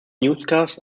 newscasts